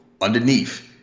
underneath